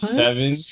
seven